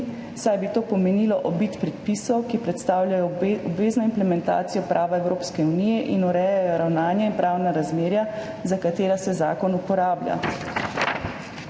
saj bi to pomenilo obid predpisov, ki predstavljajo obvezno implementacijo prava Evropske unije in urejajo ravnanje in pravna razmerja, za katera se zakon uporablja.